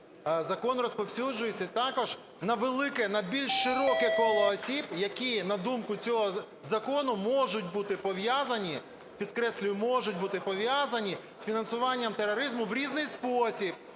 закон розповсюджується також на велике, на більш широке коло осіб, які, на думку цього закону, можуть бути пов'язані – підкреслюю, можуть бути пов'язані з фінансуванням тероризму в різний спосіб,